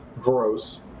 gross